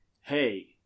Hey